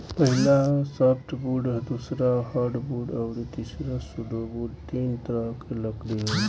पहिला सॉफ्टवुड दूसरा हार्डवुड अउरी तीसरा सुडोवूड तीन तरह के लकड़ी होला